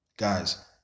Guys